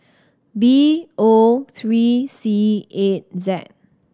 B O three C eight Z